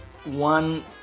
one